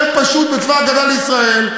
חייל פשוט בצבא הגנה לישראל,